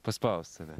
paspaust save